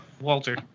Walter